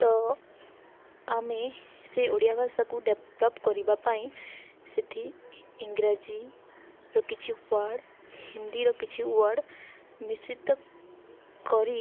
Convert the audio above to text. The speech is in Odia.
ତ ଆମେ ସେ ଓଡ଼ିଆ ଭାଷାକୁ ଡେଭଲପ୍ କରିବା ପାଇଁ ସେଇଠି ଇଂରାଜୀର କିଛି ୱାର୍ଡ଼୍ ହିନ୍ଦୀର କିଛି ୱାର୍ଡ଼୍ ମିଶ୍ରିତ କରି